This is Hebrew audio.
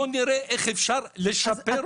בוא נראה איך אפשר לשפר.